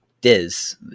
Diz